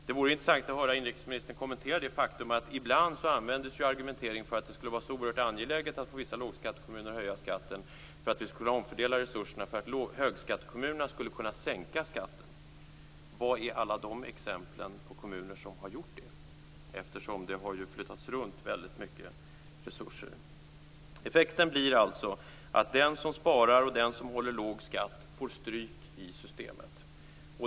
Det vore intressant att höra inrikesministern kommentera det faktum att ibland används argumenteringen att det skulle vara oerhört angeläget att få vissa lågskattekommuner att höja skatten för att omfördela resurserna så att högskattekommunerna skulle kunna sänka skatten. Var är alla exempel på kommuner som har gjort detta? Det har flyttats runt väldigt mycket resurser. Effekten blir alltså den att den som sparar och som har låg skatt får stryk i systemet.